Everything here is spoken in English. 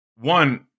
one-